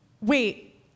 Wait